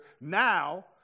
now